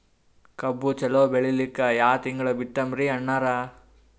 ಕಬ್ಬು ಚಲೋ ಬೆಳಿಲಿಕ್ಕಿ ಯಾ ತಿಂಗಳ ಬಿತ್ತಮ್ರೀ ಅಣ್ಣಾರ?